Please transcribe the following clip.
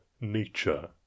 nature